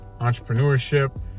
Entrepreneurship